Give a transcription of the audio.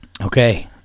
okay